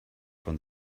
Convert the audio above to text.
von